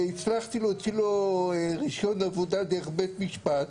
והצלחתי להוציא לו רישיון עבודה דרך בית משפט,